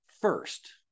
First